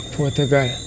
Portugal